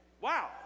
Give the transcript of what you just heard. Wow